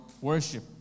worship